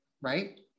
right